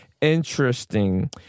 interesting